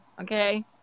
okay